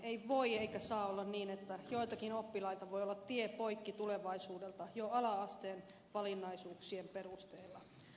ei voi eikä saa olla niin että joiltakin oppilailta voi olla tie poikki tulevaisuuteen jo ala asteen valinnaisuuksien perusteella